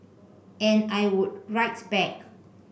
and I would write back